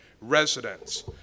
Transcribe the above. residents